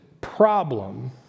problem